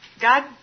God